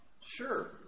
sure